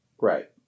Right